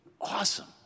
awesome